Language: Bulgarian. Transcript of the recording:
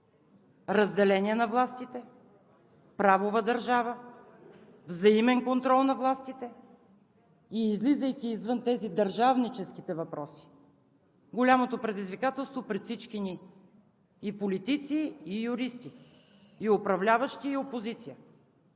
разделение на властите, правова държава, взаимен контрол на властите. И излизайки извън тези, държавническите въпроси, голямото предизвикателство пред всички ни – и политици, и юристи, и управляващи, е да